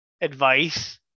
advice